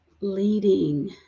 leading